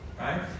right